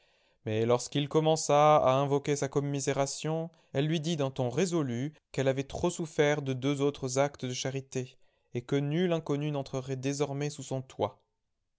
mais lorsqu'il commença à invoquer sa commisération elle lui dit d'un ton résolu qu'elle avait trop souffert de deux autres actes de charité et que nul inconnu n'entrerait désormais sous son toit